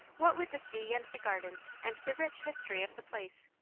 what with the sea and the gardens and the rich history of the place,